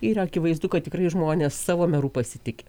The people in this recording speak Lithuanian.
ir akivaizdu kad tikrai žmonės savo meru pasitiki